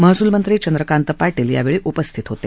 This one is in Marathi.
महसूल मंत्री चंद्रकांत पाटील यावेळी उपस्थित होते